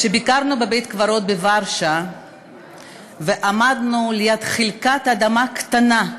כשביקרנו בבית-הקברות בוורשה ועמדנו ליד חלקת אדמה קטנה,